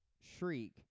Shriek